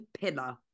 pillar